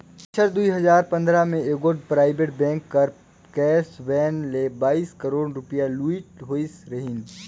बछर दुई हजार पंदरा में एगोट पराइबेट बेंक कर कैस वैन ले बाइस करोड़ रूपिया लूइट होई रहिन